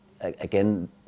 again